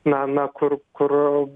na na kur kur